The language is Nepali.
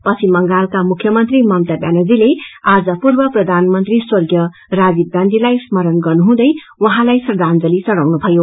पश्चिम बंगालका मुख्यमन्त्री ममता ब्यानर्जीले आज पूर्व प्रधानमन्त्री स्वर्गीय राजीव गाँधीलाई स्मरण गर्नुहुँदै उहाँलाई श्रद्वांजली चढ़ाउनुभयो